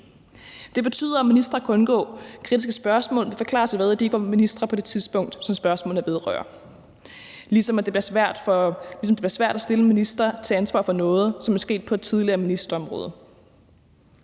Det betyder, at ministre kan undgå kritiske spørgsmål og forklare sig med, at de ikke var ministre på det tidspunkt, som spørgsmålet vedrører, ligesom det bliver svært at stille en minister til ansvar for noget, som er sket på et tidligere ministerområde.